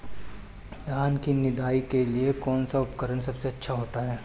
धान की निदाई के लिए कौन सा उपकरण सबसे अच्छा होता है?